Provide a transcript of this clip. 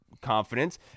confidence